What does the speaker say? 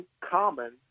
common